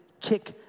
kick